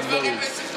אחרי דברים לזכרה?